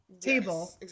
table